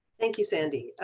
thank you, sandy.